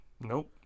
Nope